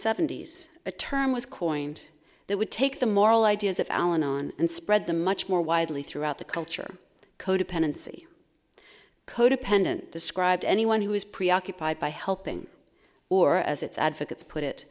seventy s a term was coined that would take the moral ideas of alan on and spread them much more widely throughout the culture codependency co dependent described anyone who is preoccupied by helping or as its advocates put it